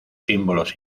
símbolos